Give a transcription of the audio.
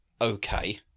okay